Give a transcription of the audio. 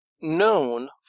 known